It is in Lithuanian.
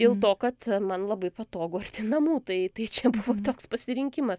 dėl to kad man labai patogu arti namų tai tai čia buvo toks pasirinkimas